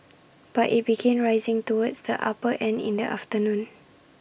but IT began rising towards the upper end in the afternoon